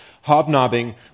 hobnobbing